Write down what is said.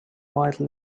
white